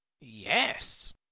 Yes